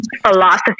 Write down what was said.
philosophy